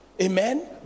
amen